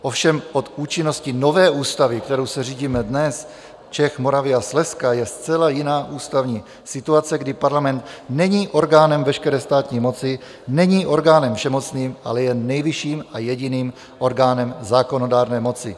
Ovšem od účinnosti nové ústavy, kterou se řídíme dnes, Čech, Moravy a Slezska, je zcela jiná ústavní situace, kdy parlament není orgánem veškeré státní moci, není orgánem všemocným, ale jen nejvyšším a jediným orgánem zákonodárné moci.